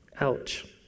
Ouch